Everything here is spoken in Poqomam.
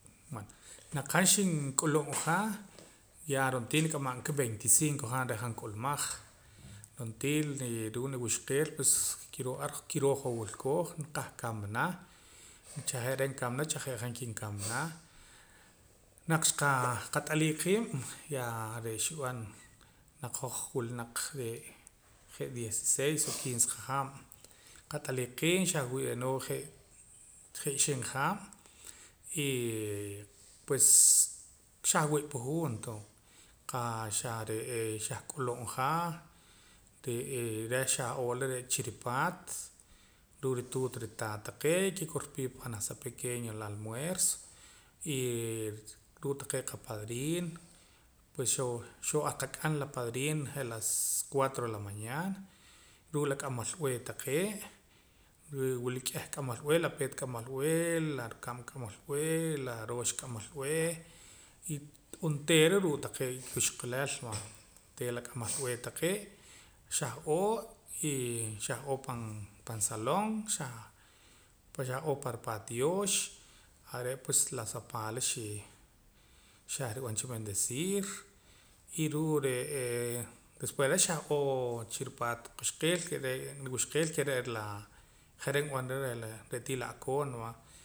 Naq han xink'ulub' ja ya ro'na tii nik'amam aka 25 haab' reh han k'ulumaj rontii ri reh ruu' nuwuxqeel pues kiroo hoj wilkooj qah kamana chaje' reh nakamana chaje' han kinkamana naq xqat'alii qiib' ya xib'an naq hoj wila naq je' 16 o 15 qahaab' qat'alii qiib' xah wii' reh novios je' ixib' haab' y pues xah wi'pa juunto qa xa re'ee xah k'ulub' jaa re'ee reh xah'oo la chiripaat ruu' rituut ritaat taqee' y kikorpii pa junaj sa pequeño ralmuerzo y ruu' taqee' qapadrino pues xoo ar qak'ab' ar la padrino je' las 4 de la mañana ruu' la k'amalb'ee taqee' wila k'eh k'amalb'ee la peet ka'amal b'ee la rukab' k'amalb'ee la roox k'amalb'ee y onteera ruu' taqee' kixqaleel onteera la k'amalb'ee taqee' xahoo y xahoo pan salón xahoo pan ripaatyoox are pues la sa paala xi xahrib'an cha bendecir y ru're'ee después reh xahoo chiripaat wuxqeel niwuxqeel ke re' la je're' nb'anara re' tii la'koon